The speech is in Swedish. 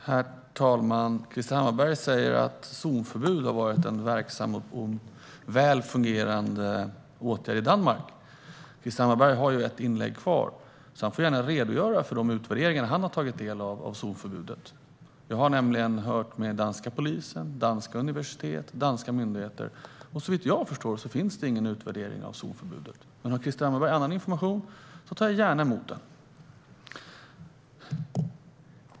Herr talman! Krister Hammarbergh säger att zonförbud har varit en verksam och väl fungerande åtgärd i Danmark. Krister Hammarbergh har ett inlägg kvar, så han får gärna redogöra för de utvärderingar som han har tagit del av när det gäller zonförbudet. Jag har nämligen hört med danska polisen, danska universitet och danska myndigheter, och såvitt jag förstår finns det ingen utvärdering av zonförbudet. Men om Krister Hammarbergh har annan information tar jag gärna emot den.